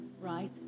Right